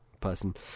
person